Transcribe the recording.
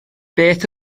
beth